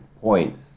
point